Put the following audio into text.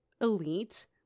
elite